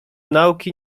nauki